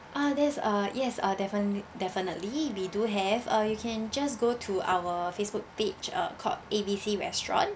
uh there's uh yes uh definitely definitely we do have uh you can just go to our facebook page uh called A B C restaurant